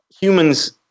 humans